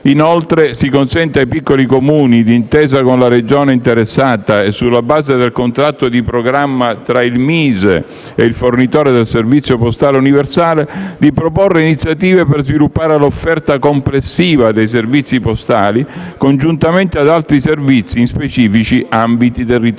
Inoltre, si consente ai piccoli Comuni, di intesa con la Regione interessata e sulla base del contratto di programma tra il MISE e il fornitore del servizio postale universale, di proporre iniziative per sviluppare l'offerta complessiva dei servizi postali, congiuntamente ad altri servizi in specifici ambiti territoriali.